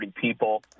people